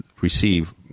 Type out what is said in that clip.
receive